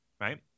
right